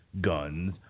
guns